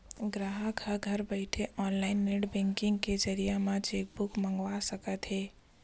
गराहक ह घर बइठे ऑनलाईन नेट बेंकिंग के जरिए म चेकबूक मंगवा सकत हे